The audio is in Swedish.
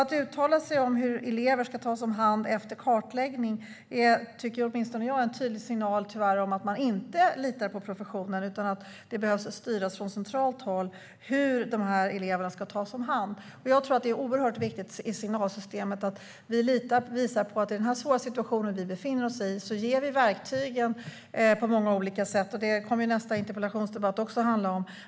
Att uttala sig om hur elever ska tas om hand efter kartläggningen är tyvärr en tydlig signal - tycker åtminstone jag - om att man inte litar på professionen och om att man tycker att det bör styras från centralt håll hur dessa elever ska tas om hand. Det är oerhört viktigt att man i signalsystemet visar att man, i den svåra situation som vi befinner oss i, ger de verktyg som behövs - det kommer nästa interpellationsdebatt också att handla om.